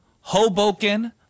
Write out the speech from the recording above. Hoboken